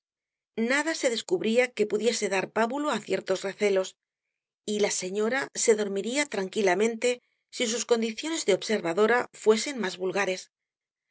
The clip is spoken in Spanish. nada se descubría que pudiese dar pábulo á ciertos recelos y la señora se dormiría tranquilamente si sus condiciones de observadora fuesen más vulgares